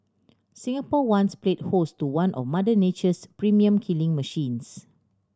Singapore once played host to one of Mother Nature's premium killing machines